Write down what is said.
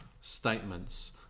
statements